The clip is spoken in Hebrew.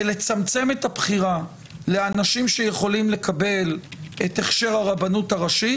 ולצמצם את הבחירה לאנשים שיכולים לקבל את הכשר הרבנות הראשית,